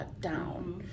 down